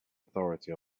authority